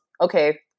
okay